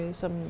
som